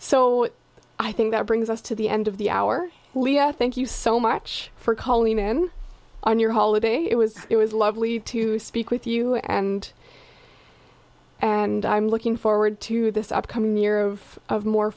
so i think that brings us to the end of the hour thank you so much for calling in on your holiday it was it was lovely to speak with you and and i'm looking forward to this upcoming year of of more